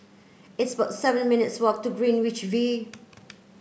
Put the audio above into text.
it's about seven minutes' walk to Greenwich V